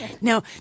Now